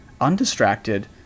undistracted